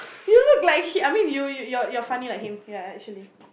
you look like him I mean you you you're you're funny like him ya actually